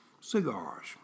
Cigars